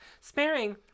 Sparing